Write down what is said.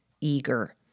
eager